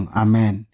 amen